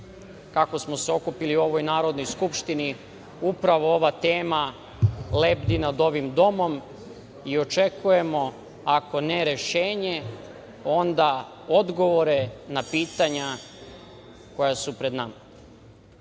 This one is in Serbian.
kako smo se okupili u ovoj Narodnoj skupštini, upravo ova tema lebdi nad ovim domom i očekujemo, ako ne rešenje, onda odgovore na pitanja koja su pred